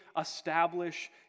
establish